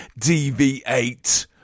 DV8